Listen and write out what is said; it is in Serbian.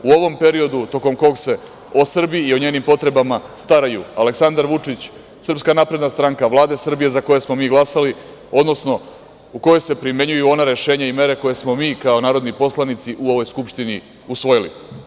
U ovom periodu tokom kog se o Srbiji i o njenim potrebama staraju Aleksandar Vučić, SNS, Vlada Srbije za koju smo mi glasali, odnosno u kojoj se primenjuju ona rešenja i mere koje smo mi kao narodni poslanici u ovoj Skupštini usvojili.